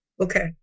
Okay